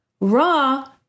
raw